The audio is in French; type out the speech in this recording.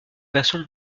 version